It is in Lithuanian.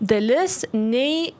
dalis nei